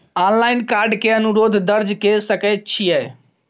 Online card के अनुरोध दर्ज के सकै छियै?